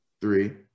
Three